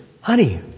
honey